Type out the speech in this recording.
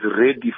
ready